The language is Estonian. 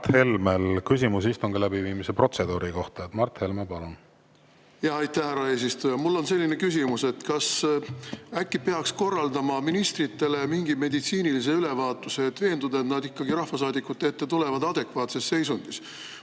Mart Helmel küsimus istungi läbiviimise protseduuri kohta. Mart Helme, palun! Aitäh, härra eesistuja! Mul on selline küsimus, kas äkki peaks korraldama ministritele mingi meditsiinilise ülevaatuse, veendumaks, et nad ikkagi rahvasaadikute ette tulevad adekvaatses seisundis.